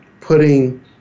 putting